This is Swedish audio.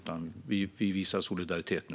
Vi visar solidaritet nu.